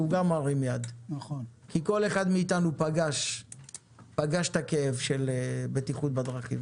כי כל אחד מאתנו פגש את הכאב של בטיחות בדרכים